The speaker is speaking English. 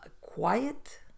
quiet